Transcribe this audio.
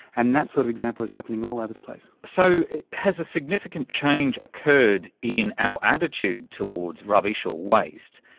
and that sort of example is happening all over the place. so has a significant change occurred in our attitude towards rubbish or waste,